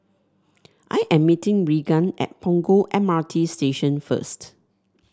I am meeting Reagan at Punggol M R T Station first